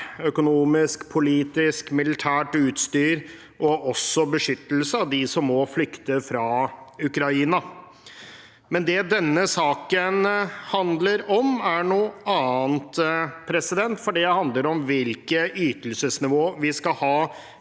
økonomisk, politisk, med militært utstyr og også med beskyttelse av dem som må flykte fra Ukraina. Det denne saken handler om, er noe annet, for det handler om hvilket ytelsesnivå vi skal ha